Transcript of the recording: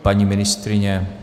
Paní ministryně?